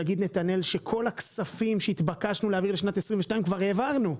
נתנאל יגיד שכל הכספים שהתבקשנו להעביר לשנת 22' כבר העברנו.